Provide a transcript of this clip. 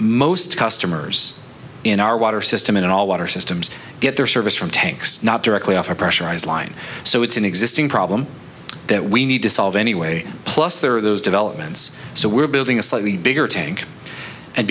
most customers in our water system in all water systems get their service from tanks not directly off a pressurized line so it's an existing problem that we need to solve anyway plus there are those developments so we're building a slightly bigger tank and